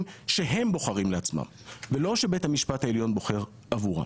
שהם בוחרים לעצמם ולא שבית המשפט העליון בוחר עבורם.